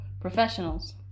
professionals